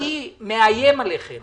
אני מאיים עליכם